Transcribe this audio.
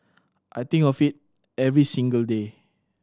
I think of it every single day